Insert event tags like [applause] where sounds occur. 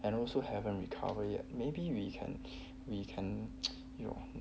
and also haven't recover yet maybe we can we can [noise] you know